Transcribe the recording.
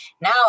Now